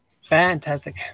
Fantastic